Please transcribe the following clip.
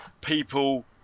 People